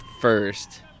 First